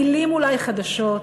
המילים אולי חדשות,